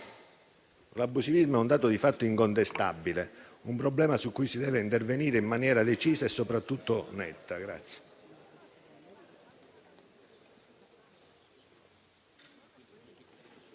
L'abusivismo è un dato di fatto incontestabile, un problema su cui si deve intervenire in maniera decisa e soprattutto netta. È